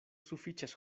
sufiĉas